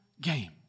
game